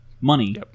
money